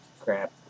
crap